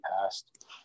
past